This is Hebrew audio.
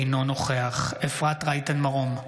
אינו נוכח אפרת רייטן מרום,